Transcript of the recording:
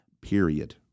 period